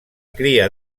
cria